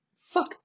Fuck